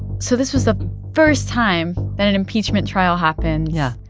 so this was the first time that an impeachment trial happens. yeah.